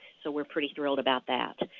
so we're pretty thrilled about that.